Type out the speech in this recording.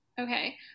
Okay